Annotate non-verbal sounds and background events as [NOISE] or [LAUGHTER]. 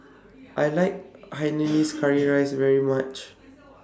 [NOISE] I like Hainanese [NOISE] Curry Rice very much